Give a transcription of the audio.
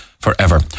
forever